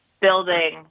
building